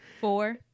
Four